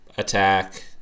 Attack